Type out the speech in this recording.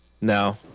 No